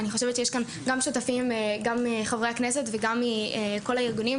ואני חושבת שיש כאן שותפים גם חברי הכנסת וגם כל הארגונים,